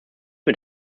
mit